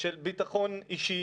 של ביטחון אישי